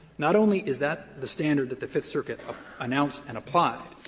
not only is that the standard that the fifth circuit announced and applied,